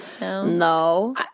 No